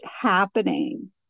happening